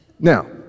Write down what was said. Now